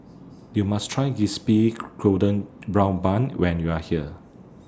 YOU must Try Crispy Golden Brown Bun when YOU Are here